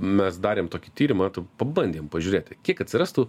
mes darėm tokį tyrimą t pabandėm pažiūrėti kiek atsirastų